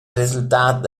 resultat